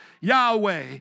Yahweh